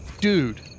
Dude